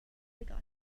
legato